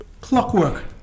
Clockwork